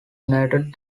united